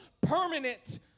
permanent